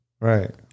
Right